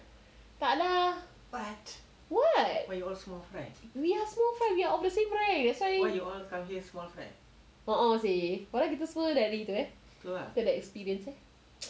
tak lah what we are small fry we are obviously right that's why a'ah seh kita semua dari tu eh get that experience